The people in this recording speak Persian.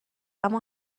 اما